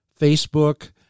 Facebook